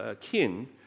kin